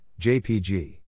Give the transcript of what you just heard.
JPG